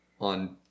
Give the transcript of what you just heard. on